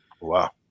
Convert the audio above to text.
wow